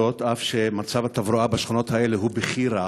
אף שמצב התברואה בשכונות האלה הוא בכי רע,